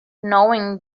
knowing